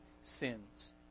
sins